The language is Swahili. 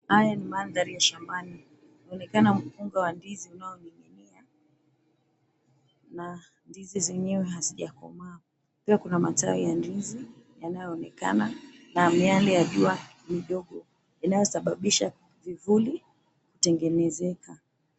Haya ni mandhari ya shambani unaonekana mikunga ya ndizi iliyoning'inia na ndizi zenyewe hazijakomaa pia kuna matawi ya ndizi yanayoonekana na miyale ya jua iliyoko inayosababisha kivuli kutengenezeka.